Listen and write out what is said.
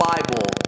Bible